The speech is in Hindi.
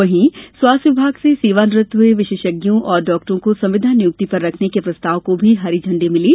वहीं स्वास्थ्य विभाग से सेवा निवृत्त हये विशेषज्ञों और चिकित्सकों को संविदा नियुक्ति पर रखने के प्रस्ताव को भी हरी झंडी मिली